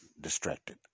distracted